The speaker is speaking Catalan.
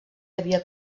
havia